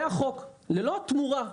זה החוק ללא תמורה.